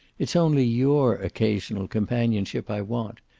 it's only your occasional companionship i want.